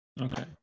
Okay